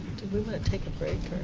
we want to take a break?